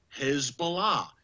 Hezbollah